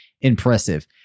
impressive